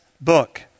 book